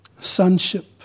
sonship